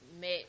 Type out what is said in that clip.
met